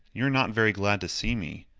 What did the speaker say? you are not very glad to see me,